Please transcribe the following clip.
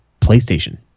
PlayStation